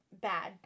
bad